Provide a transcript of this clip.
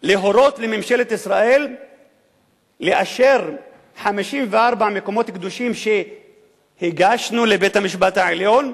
להורות לממשלת ישראל לאשר 54 מקומות קדושים שהגשנו לבית-המשפט העליון,